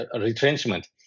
retrenchment